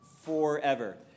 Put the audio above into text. forever